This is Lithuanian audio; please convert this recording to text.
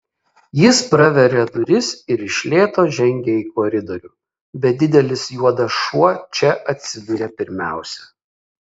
jis praveria duris ir iš lėto žengia į koridorių bet didelis juodas šuo čia atsiduria pirmiausia